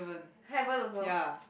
haven't also